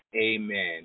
Amen